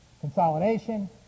consolidation